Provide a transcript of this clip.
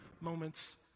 moments